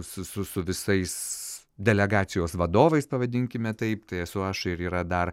su visais delegacijos vadovais pavadinkime taip tai esu aš ir yra dar